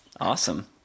Awesome